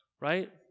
right